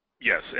Yes